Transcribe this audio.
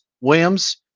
Williams